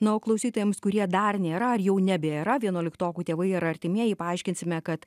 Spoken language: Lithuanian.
na o klausytojams kurie dar nėra ar jau nebėra vienuoliktokų tėvai ar artimieji paaiškinsime kad